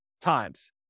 times